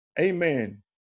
Amen